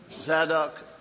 Zadok